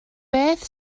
beth